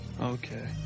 okay